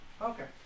Okay